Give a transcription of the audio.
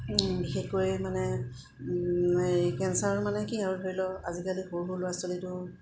বিশেষকৈ মানে হেৰি কেঞ্চাৰ মানে কি আৰু ধৰি লও আজিকালি সৰু সৰু ল'ৰা ছোৱালীটো